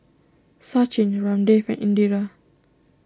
Sachin Ramdev and Indira